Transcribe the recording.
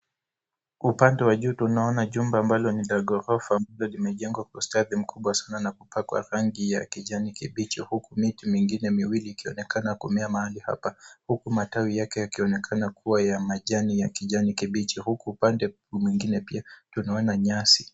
Upande wa juu tunaona jumba ambalo ni la ghorofa limejengwa kwa usatdi mkubwa sana na kupakwa rangi ya kijani kibichi huku miti mingine miwili ikionekana kumea mahali hapa, huku matawi yake yakionekana kuwa ya majani ya kijani kibichi, huku upande mwingine pia tunaona nyasi.